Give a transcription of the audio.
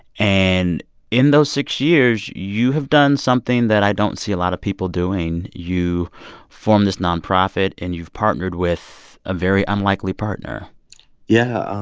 and in those six years, you have done something that i don't see a lot of people doing. you formed this nonprofit. and you've partnered with a very unlikely partner yeah.